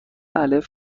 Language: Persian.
الف